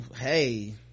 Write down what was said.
hey